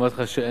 אמרתי לך שאין.